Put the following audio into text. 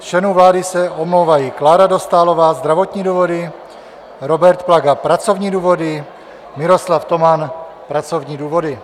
Z členů vlády se omlouvají: Klára Dostálová zdravotní důvody, Robert Plaga pracovní důvody, Miroslav Toman pracovní důvody.